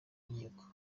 nkiko